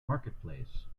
marketplace